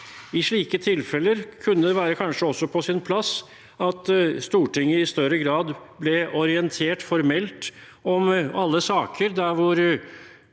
I slike tilfeller kunne det kanskje være på sin plass at Stortinget i større grad ble formelt orientert om alle saker der